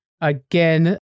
again